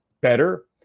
better